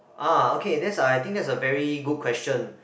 ah okay that's I I think that's a very good question